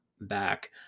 back